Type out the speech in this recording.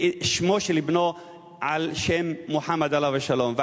שמו של בנו על שם מוחמד, עליו השלום.